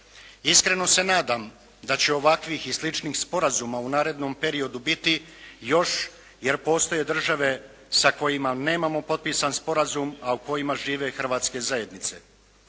Iskreno se nadam da će ovakvih i sličnih sporazuma u narednom periodu biti još jer postoje države sa kojima nemamo potpisan sporazum, a u kojima žive hrvatske zajednice.